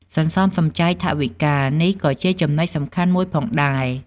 សន្សំសំចៃថវិកា: នេះក៏ជាចំណុចសំខាន់មួយផងដែរ។